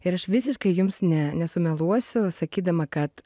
ir aš visiškai jums ne nesumeluosiu sakydama kad